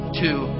two